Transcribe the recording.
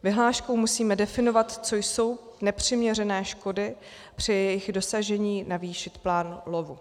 Vyhláškou musíme definovat, co jsou nepřiměřené škody, při jejich dosažení navýšit plán lovu.